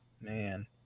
Man